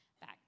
back